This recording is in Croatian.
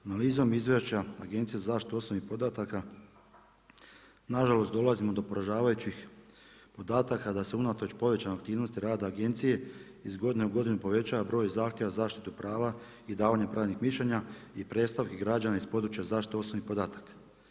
Analizom Izvješća Agencije za zaštitu osobnih podatka na žalost dolazimo do poražavajućih podataka da se unatoč pojačanoj aktivnosti rada agencije iz godine u godinu povećava broj zahtjeva za zaštitu prava i davanje pravnih mišljenja i predstavki građana iz područja zaštite osobnih podataka.